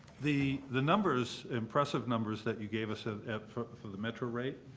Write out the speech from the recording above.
the the numbers, impressive numbers that you gave us ah for for the metro rate,